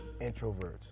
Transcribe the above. introverts